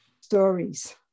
stories